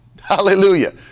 Hallelujah